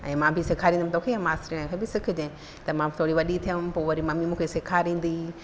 ऐं मां बि सेखारींदमि तोखे मास्टरियाणीअ खां बि सिखिजांइ थोरी वॾी थियमि पोइ मम्मी मूंखे सेखारींदी